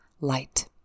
light